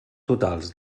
totals